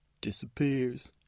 Disappears